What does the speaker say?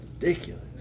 ridiculous